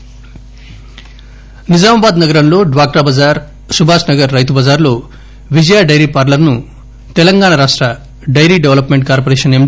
నిజామాబాద్ నిజామాబాద్ నగరంలో డ్వాక్రా బజార్ సుభాష్ నగర్ రైతు బజార్లో విజయ డైరీ పార్లర్ను తెలంగాణ రాష్ట డైరీ డెవలప్మెంట్ కార్పొరేషన్ ఎం